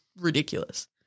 ridiculous